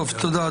תודה,